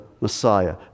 Messiah